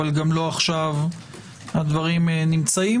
אבל גם לא עכשיו הדברים נמצאים.